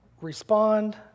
respond